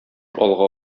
алга